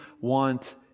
want